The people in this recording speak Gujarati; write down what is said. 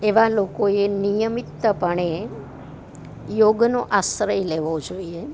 એવા લોકોએ નિયમિતપણે યોગનો આશ્રય લેવો જોઈએ